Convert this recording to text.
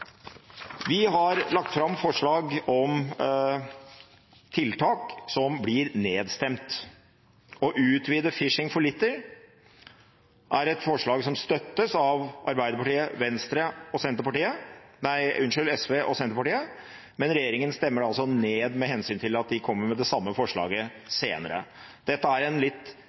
Vi har lagt fram forslag om tiltak som blir nedstemt. Å utvide «Fishing for Litter» er et forslag som støttes av Arbeiderpartiet, SV og Senterpartiet, men regjeringssiden stemmer det altså ned, med hensyn til at de kommer med det samme forslaget senere. Dette er en litt